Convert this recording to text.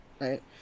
right